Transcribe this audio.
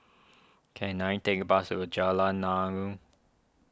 can I take a bus to Jalan Naung